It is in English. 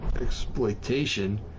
Exploitation